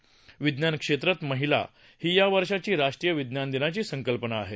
विज्ञान क्षेत्रात महिला ही या वर्षाची राष्ट्रीय विज्ञान दिनाची संकल्पना आहे